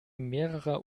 mehrerer